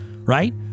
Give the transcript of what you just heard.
right